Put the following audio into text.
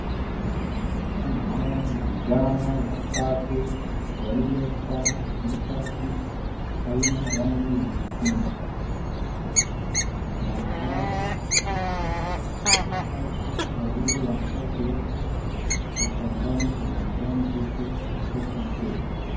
Hapa naona vijana watatu waliovaa t-shirt aina rangi ya nyekundu. Vijana hawa watatu wawili wanakaa kiwete wako ndani ya uwanjani huku wakicheza mpira.